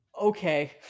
okay